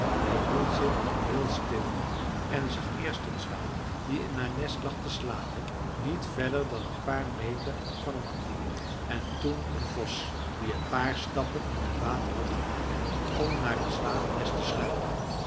hij hield zich heel stil en zag eerst een zwaan die in haar nest lag te slapen niet verder dan een paar meter van hem af en toen een vos die een paar stappen in het water had gedaan om naar het zwanennest te sluipen